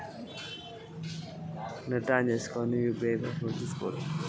Mobile లో UPI ID ఎట్లా తెలుస్తది?